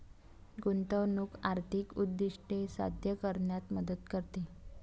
गुंतवणूक आर्थिक उद्दिष्टे साध्य करण्यात मदत करते